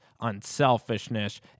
unselfishness